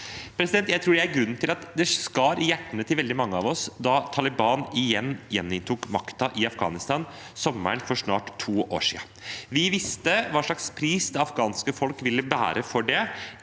Jeg tror det er grunnen til at det skar i hjertene til veldig mange av oss da Taliban igjen tok makten i Afghanistan sommeren for snart to år siden. Vi visste hva slags pris det afghanske folk ville betale for det,